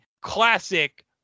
classic